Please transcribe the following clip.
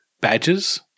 badges